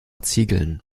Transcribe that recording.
ziegeln